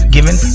Given